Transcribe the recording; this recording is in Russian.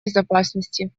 безопасности